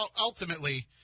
ultimately